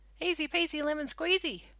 Easy-peasy-lemon-squeezy